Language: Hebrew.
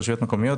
רשויות מקומיות.